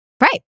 Right